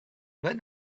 but